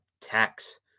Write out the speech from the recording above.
tax